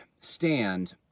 stand